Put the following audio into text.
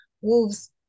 wolves